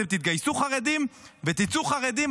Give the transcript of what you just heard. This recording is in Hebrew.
אתם תתגייסו חרדים ותצאו חרדים,